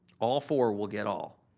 all four will get all,